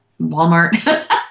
Walmart